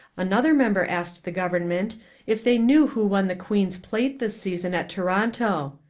another member asked the government if they knew who won the queen's plate this season at toronto.